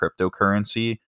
cryptocurrency